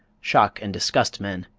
shock and disgust men,